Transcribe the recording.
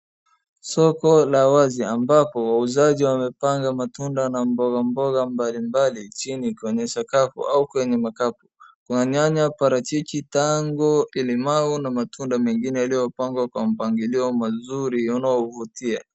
Soko la wazi ambapo wauzaji wamepanga matunda na mboga mboga mbalimbali chini kwenye sakafu au kwenye makapu. Kuna nyanya, paarchichi, tango, limau na matunda mengine iliyopangwa kwa mpangilio mazuri unaovutia.